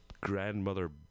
grandmother